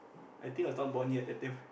I think I was not born yet that time